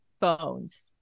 phones